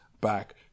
back